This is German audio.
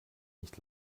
nicht